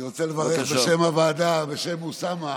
אני רוצה לברך בשם הוועדה ובשם אוסאמה.